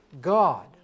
God